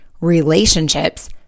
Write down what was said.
relationships